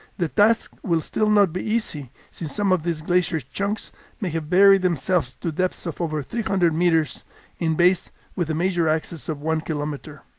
the task will still not be easy since some of these glacier chunks may have buried themselves to depths of over three hundred meters in bays with a major axis of one kilometer.